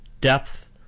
depth